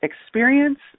experience